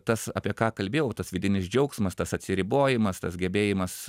tas apie ką kalbėjau tas vidinis džiaugsmas tas atsiribojimas tas gebėjimas